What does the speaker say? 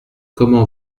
comment